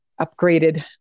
upgraded